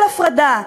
של הפרדה.